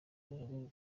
urugo